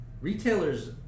retailers